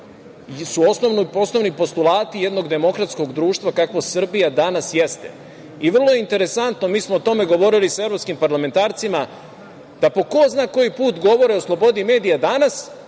su osnovni postulati jednog demokratskog društva kakvo Srbija dana jeste. Vrlo je interesantno, mi smo o tome govori sa evropskim parlamentarcima da po ko zna koji put govore o slobodi medija danas,